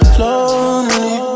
lonely